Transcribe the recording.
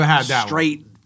straight